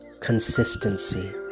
consistency